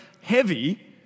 heavy